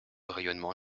rayonnement